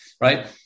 right